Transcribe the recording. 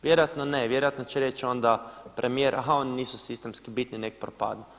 Vjerojatno ne, vjerojatno će reći onda premijer, a ha, oni nisu sistemski bitni, neka propadnu.